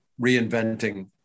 reinventing